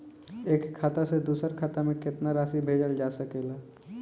एक खाता से दूसर खाता में केतना राशि भेजल जा सके ला?